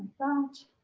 that.